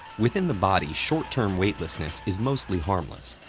within the body, short-term weightlessness is mostly harmless.